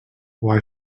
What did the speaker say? why